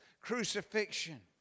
crucifixion